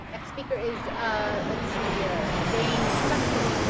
next speaker is ah let's see here, dane stokley.